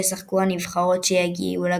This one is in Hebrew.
בלבד כאשר שתיים מתוכן עולות לשלב הבא,